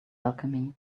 alchemy